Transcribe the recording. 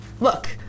Look